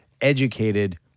educated